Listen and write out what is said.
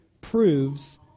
proves